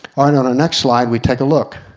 on our next slide we take a look.